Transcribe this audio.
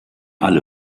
alle